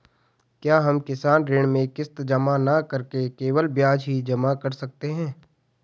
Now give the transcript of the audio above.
क्या हम किसान ऋण में किश्त जमा न करके केवल ब्याज ही जमा कर सकते हैं?